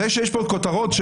זה שיש כאן כותרות,